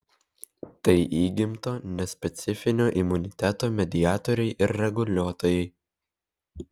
tai įgimto nespecifinio imuniteto mediatoriai ir reguliuotojai